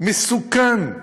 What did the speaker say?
מסוכן,